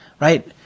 right